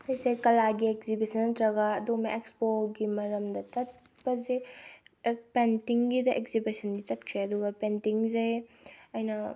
state ꯀꯂꯥꯒꯤ exhibition ꯅꯠꯇ꯭ꯔꯒ ꯑꯗꯨꯝꯕ ꯑꯦꯛꯁꯄꯣꯒꯤ ꯃꯔꯝꯗ ꯆꯠꯄꯁꯦ ꯄꯦꯟꯇꯤꯡꯒꯤꯗ ꯑꯦꯛꯖꯤꯕꯤꯁꯟꯗꯤ ꯆꯠꯈ꯭ꯔꯦ ꯑꯗꯨꯒ ꯄꯦꯟꯇꯤꯡꯁꯦ ꯑꯩꯅ